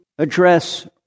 address